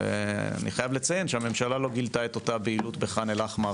אני חייב לציין שהממשלה לא גילתה את אותה בהילות בחאן אל אחמר